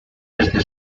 desde